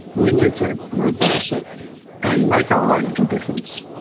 we need to reverse it and make our own little difference.